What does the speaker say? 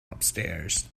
upstairs